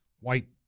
white